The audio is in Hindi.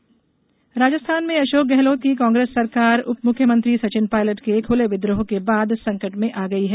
गेहलोत सरकार राजस्थान में अशोक गहलोत की कांग्रेस सरकार उपमुख्यमंत्री सचिन पायलट के खुले विद्रोह के बाद संकट में आ गयी है